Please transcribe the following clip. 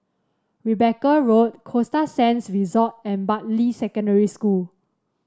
Rebecca Road Costa Sands Resort and Bartley Secondary School